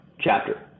chapter